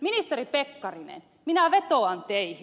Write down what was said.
ministeri pekkarinen minä vetoan teihin